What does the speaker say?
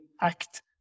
act